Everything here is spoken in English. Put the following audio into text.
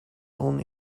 own